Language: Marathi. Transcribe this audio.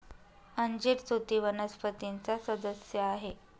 अंजीर तुती वनस्पतीचा सदस्य आहे